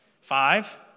five